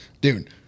Dude